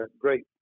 great